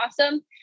awesome